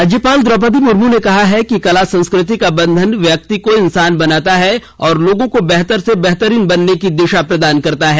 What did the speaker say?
राज्यपाल द्रौपदी मुर्मू ने कहा है कि कला संस्कृति का बन्धन व्यक्ति को इसांन बनाता है और लोगों को बेहतर से बेहतरीन बनने की दिशा प्रदान करता है